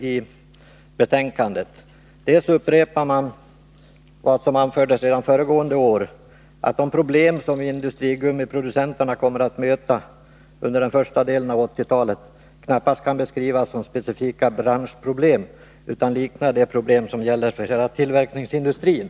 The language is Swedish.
Utskottet upprepar vad det uttalade redan föregående år, nämligen att de problem som industrigummiproducenterna kommer att möta under den första delen av 1980-talet knappast kan beskrivas som specifika branschproblem utan liknar de problem som gäller för hela tillverkningsindustrin.